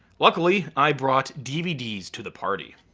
luckily, i brought dvds to the party.